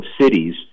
cities